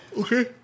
Okay